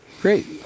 Great